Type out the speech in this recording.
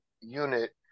unit